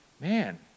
man